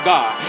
God